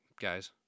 guys